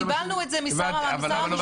קיבלנו את זה משר המשפטים.